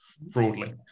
broadly